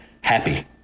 happy